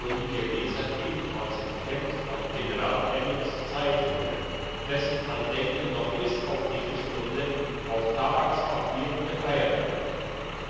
leser ebenfalls noch kennt von general elliots zeiten her dessen andenken noch bis auf diese stunde auf tabakspapieren gefeiert wird